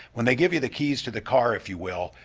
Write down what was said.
when they give you the keys to the car, if you will,